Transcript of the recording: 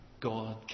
God